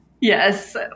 Yes